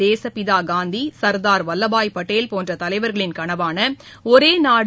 தேசுப்பிதா காந்தி சர்தார் வல்லபாய் பட்டேல் போன்ற தலைவர்களின் கனவான ஒரே நாடு